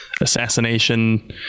assassination